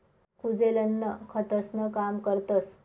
कुजेल अन्न खतंसनं काम करतस